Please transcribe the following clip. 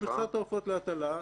מכסת עופות להטלה,